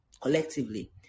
collectively